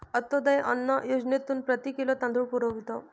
अंत्योदय अन्न योजनेतून प्रति किलो तांदूळ पुरवतो